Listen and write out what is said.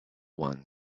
one